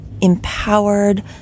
empowered